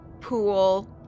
pool